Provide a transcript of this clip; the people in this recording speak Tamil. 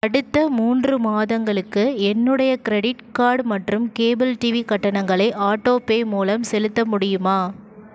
அடுத்த மூன்று மாதங்களுக்கு என்னுடைய கிரெடிட் கார்டு மற்றும் கேபிள் டிவி கட்டணங்களை ஆட்டோபே மூலம் செலுத்த முடியுமா